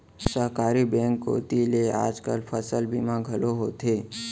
सहकारी बेंक कोती ले आज काल फसल बीमा घलौ होवथे